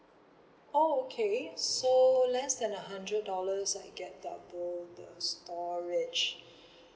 oh okay so less than a hundred dollars I get double the storage